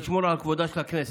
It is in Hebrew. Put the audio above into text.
לשמור על כבודה של הכנסת.